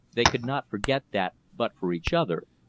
they could not forget that, but for each other,